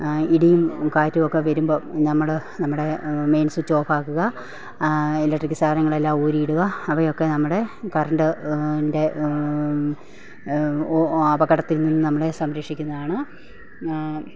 ഇടിയും കാറ്റും ഒക്കെ വരുമ്പോൾ നമ്മൾ നമ്മുടെ മെയിൻ സ്വിച്ച് ഓഫാക്കുക ഇലക്ട്രിക് സാധനങ്ങളെല്ലാം ഊരി ഇടുക അവയൊക്കെ നമ്മുടെ കറൻ്റിൻ്റെ അപകടത്തിൽ നിന്നും നമ്മളെ സംരക്ഷിക്കുന്നതാണ്